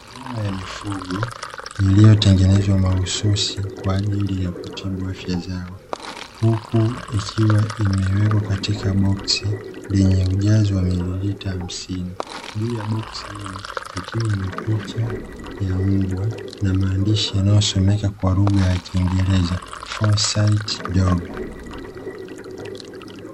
Dawa ya mifugo iliyotengenezwa mahususi kwa ajili ya kutibu afya zao, huku ikiwa imewekwa katika boksi lenye ujazo wa mililita hamsini, juu ya boksi hilo kukiwa na picha ya mbwa na maandishi yanayosomeka kwa kiingereza "4CYTE dog".